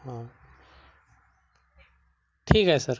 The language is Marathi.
हां ठीक आहे सर